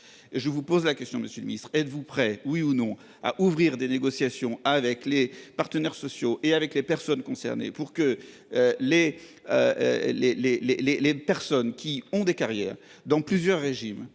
Je vous pose la question Monsieur le Ministre, êtes-vous prêt oui ou non à ouvrir des négociations avec les partenaires sociaux et avec les personnes concernées pour que les. Les les les les les personnes qui ont des carrières dans plusieurs régimes